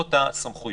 קמות הסמכויות.